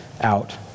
out